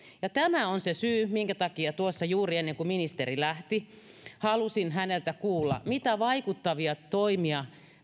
tämä on se syy minkä takia tuossa juuri ennen kuin ministeri lähti halusin häneltä kuulla mitä vaikuttavia toimia